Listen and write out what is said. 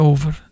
Over